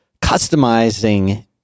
customizing